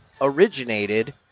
originated